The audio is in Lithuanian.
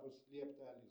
bus lieptelis